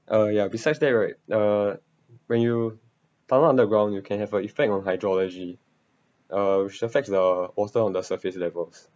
uh ya besides that right uh when you tunnel underground you can have an effect on hydrology uh which affects the water on the surface levels